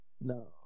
No